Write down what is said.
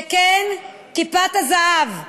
וכן, כיפת הזהב,